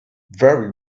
very